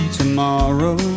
tomorrow